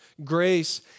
Grace